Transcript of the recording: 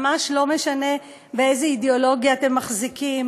ממש לא משנה באיזו אידיאולוגיה אתם מחזיקים